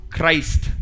Christ